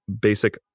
basic